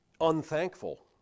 unthankful